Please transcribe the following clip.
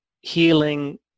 healing